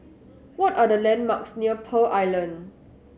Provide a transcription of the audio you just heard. what are the landmarks near Pearl Island